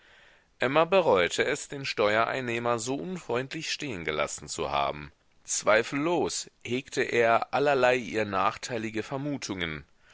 emma bereute es den steuereinnehmer so unfreundlich stehen gelassen zu haben zweifellos hegte er allerlei ihr nachteilige vermutungen